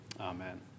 Amen